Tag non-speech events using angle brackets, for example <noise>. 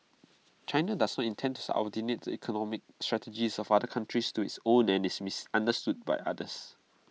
China does not intends out <unintelligible> the economic strategies of other countries to its own and is misunderstood by others